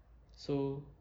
so